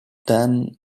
dan